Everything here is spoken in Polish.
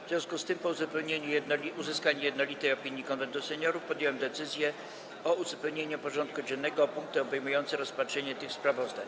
W związku z tym, po uzyskaniu jednolitej opinii Konwentu Seniorów, podjąłem decyzję o uzupełnieniu porządku dziennego o punkty obejmujące rozpatrzenie tych sprawozdań.